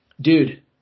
Dude